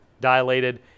dilated